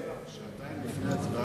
שעתיים לפני ההצבעה,